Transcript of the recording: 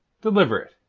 deliver it.